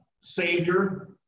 savior